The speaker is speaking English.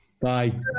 bye